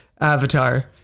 Avatar